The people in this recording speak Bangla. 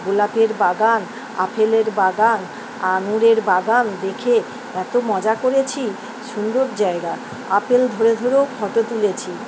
গোলাপের বাগান আপেলের বাগান আঙুরের বাগান দেখে এত মজা করেছি সুন্দর জায়গা আপেল ধরে ধরেও ফটো তুলেছি